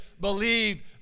believe